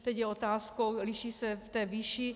Teď je otázkou liší se v té výši.